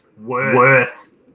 Worth